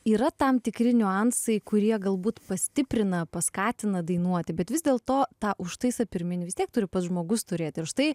yra tam tikri niuansai kurie galbūt pastiprina paskatina dainuoti bet vis dėlto tą užtaisą pirminį vis tiek turi pats žmogus turėti ir užtai